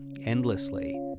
endlessly